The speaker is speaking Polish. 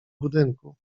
budynku